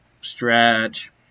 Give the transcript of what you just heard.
Stretch